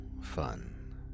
fun